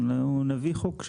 אנחנו נביא חוק,